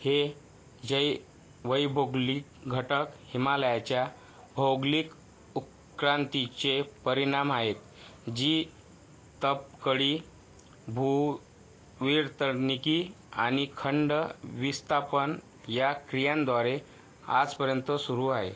हे जै वैभौगोलिक घटक हिमालयाच्या भौगोलिक उत्क्रांतीचे परिणाम आहेत जी तबकडी भू विर्तनिकी आणि खंड विस्थापन या क्रियांद्वारे आजपर्यंत सुरू आहे